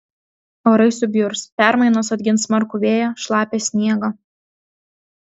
orai subjurs permainos atgins smarkų vėją šlapią sniegą